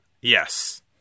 Yes